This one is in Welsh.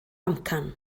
amcan